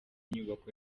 nyubako